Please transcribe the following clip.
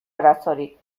arazorik